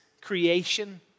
creation